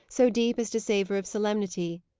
so deep as to savour of solemnity,